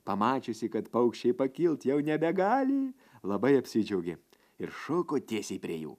pamačiusi kad paukščiai pakilt jau nebegali labai apsidžiaugė ir šoko tiesiai prie jų